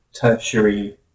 tertiary